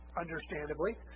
understandably